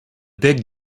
big